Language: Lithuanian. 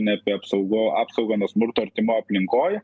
ne apie apsaugo apsaugą nuo smurto artimoj aplinkoj